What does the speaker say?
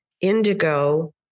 indigo